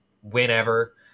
whenever